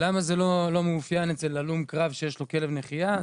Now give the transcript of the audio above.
למה זה לא מאופיין אצל הלום קרב שיש לו כלב נחיה?